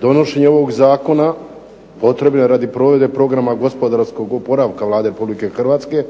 Donošenje ovog zakona potrebno je radi provedbe Programa gospodarskog oporavka Vlade RH